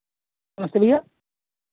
नमस्ते भैया